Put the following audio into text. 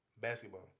basketball